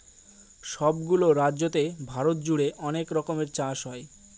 সব গুলো রাজ্যতে ভারত জুড়ে অনেক রকমের চাষ হয়